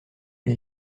les